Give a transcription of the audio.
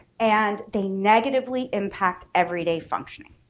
and they negatively impact everyday functioning.